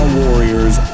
warriors